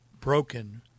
broken